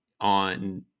on